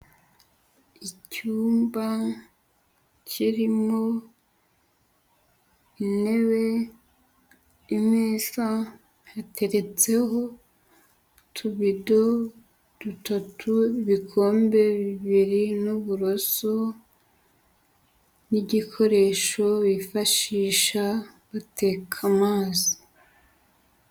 Icyumba kirimo intebe, imeza hateretseho utubido dutatu, ibikombe bibiri n'uburoso n'igikoresho bifashisha bateka amazi..